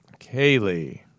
Kaylee